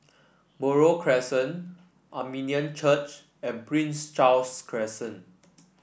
Buroh Crescent Armenian Church and Prince Charles Crescent